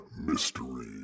mystery